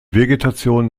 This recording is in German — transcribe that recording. vegetation